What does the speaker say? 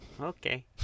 Okay